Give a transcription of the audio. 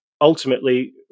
ultimately